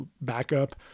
backup